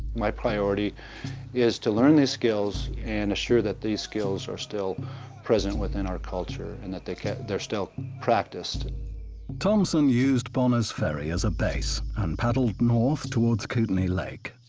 my priority is to learn these skills and assure that these skills are still present within our culture and that they're they're still practiced thompson used bonner's ferry as a base and paddled north toward kootenay lake,